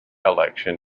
election